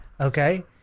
Okay